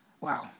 Wow